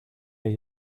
hay